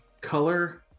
color